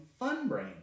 Funbrain